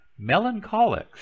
Melancholics